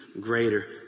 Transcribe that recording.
greater